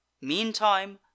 Meantime